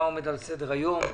מה עומד על סדר היום,